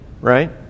right